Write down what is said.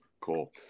Cool